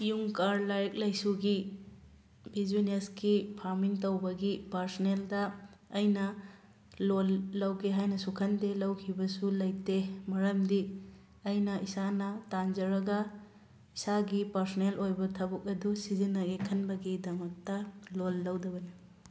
ꯌꯨꯝ ꯀꯥꯔ ꯂꯥꯏꯔꯤꯛ ꯂꯥꯏꯁꯨꯒꯤ ꯕ꯭ꯌꯨꯖꯤꯅꯦꯁꯀꯤ ꯐꯥꯔꯃꯤꯡ ꯇꯧꯕꯒꯤ ꯄꯥꯔꯁꯣꯅꯦꯜꯗ ꯑꯩꯅ ꯂꯣꯟ ꯂꯧꯒꯦ ꯍꯥꯏꯅꯁꯨ ꯈꯟꯗꯦ ꯂꯧꯈꯤꯕꯁꯨ ꯂꯩꯇꯦ ꯃꯔꯝꯗꯤ ꯑꯩꯅ ꯏꯁꯥꯅ ꯇꯥꯟꯖꯔꯒ ꯏꯁꯥꯒꯤ ꯄꯥꯔꯁꯣꯅꯦꯜ ꯑꯣꯏꯕ ꯊꯕꯛ ꯑꯗꯨ ꯁꯤꯖꯤꯟꯅꯒꯦ ꯈꯟꯕꯒꯤꯗꯃꯛꯇ ꯂꯣꯟ ꯂꯧꯗꯕꯅꯤ